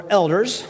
elders